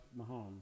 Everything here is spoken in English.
Mahomes